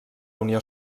unió